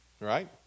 Right